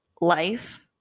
life